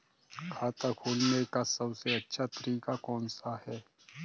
खाता खोलने का सबसे अच्छा तरीका कौन सा है?